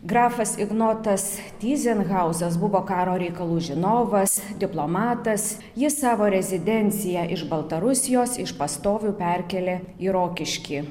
grafas ignotas tyzenhauzas buvo karo reikalų žinovas diplomatas jis savo rezidenciją iš baltarusijos iš pastovių perkėlė į rokiškį